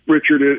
Richard